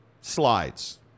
Slides